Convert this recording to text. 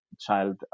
child